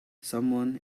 someone